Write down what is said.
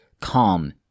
calm